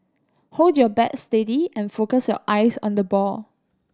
hold your bat steady and focus your eyes on the ball